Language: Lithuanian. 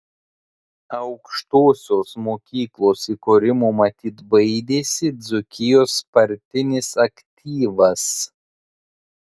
aukštosios mokyklos įkūrimo matyt baidėsi dzūkijos partinis aktyvas